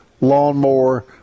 lawnmower